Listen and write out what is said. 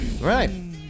Right